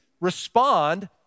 respond